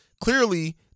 clearly